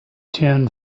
ten